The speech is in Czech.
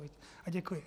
A děkuji.